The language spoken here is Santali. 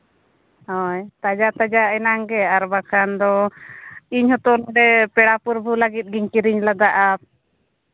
ᱦᱳᱭ ᱛᱟᱡᱟ ᱛᱟᱡᱟ ᱮᱱᱟᱝ ᱜᱮ ᱟᱨ ᱵᱟᱠᱷᱟᱱ ᱫᱚ ᱤᱧ ᱦᱚᱸᱛᱚ ᱱᱚᱰᱮ ᱯᱮᱲᱟ ᱯᱨᱚᱵᱷᱩ ᱞᱟᱹᱜᱤᱫ ᱜᱮᱧ ᱠᱤᱨᱤᱧ ᱞᱟᱜᱟᱜᱼᱟ